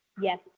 Yes